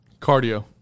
Cardio